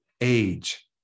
age